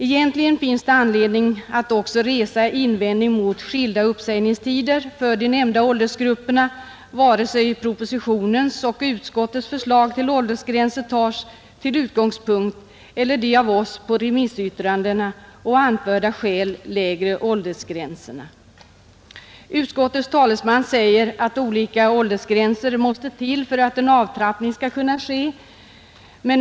Egentligen finns det anledning att också resa invändning mot skilda uppsägningstider för de nämnda åldersgrupperna, vare sig propositionens och utskottets förslag till åldersgränser eller de av oss, på grundval av remissyttrandena och anförda skäl, föreslagna lägre åldersgränserna tas till utgångspunkt. Utskottets talesman säger att olika åldersgränser måste finnas för att en avtrappning skall kunna ske.